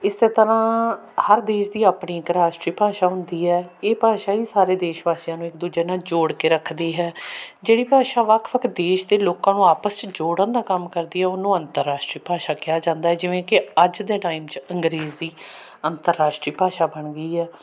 ਇਸੇ ਤਰ੍ਹਾਂ ਹਰ ਦੇਸ਼ ਦੀ ਆਪਣੀ ਇੱਕ ਰਾਸ਼ਟਰੀ ਭਾਸ਼ਾ ਹੁੰਦੀ ਹੈ ਇਹ ਭਾਸ਼ਾ ਹੀ ਸਾਰੇ ਦੇਸ਼ ਵਾਸੀਆਂ ਨੂੰ ਇੱਕ ਦੂਜੇ ਨਾਲ ਜੋੜ ਕੇ ਰੱਖਦੀ ਹੈ ਜਿਹੜੀ ਭਾਸ਼ਾ ਵੱਖ ਵੱਖ ਦੇਸ਼ ਦੇ ਲੋਕਾਂ ਨੂੰ ਆਪਸ 'ਚ ਜੋੜਨ ਦਾ ਕੰਮ ਕਰਦੀ ਏ ਉਹਨੂੰ ਅੰਤਰਰਾਸ਼ਟਰੀ ਭਾਸ਼ਾ ਕਿਹਾ ਜਾਂਦਾ ਜਿਵੇਂ ਕਿ ਅੱਜ ਦੇ ਟਾਈਮ 'ਚ ਅੰਗਰੇਜ਼ੀ ਅੰਤਰਰਾਸ਼ਟਰੀ ਭਾਸ਼ਾ ਬਣ ਗਈ ਹੈ